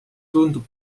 tundub